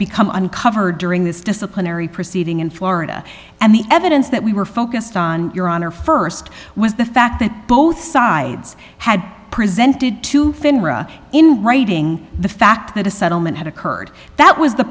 become uncovered during this disciplinary proceeding in florida and the evidence that we were focused on your honor st was the fact that both sides had presented to finra in writing the fact that a settlement had occurred that was the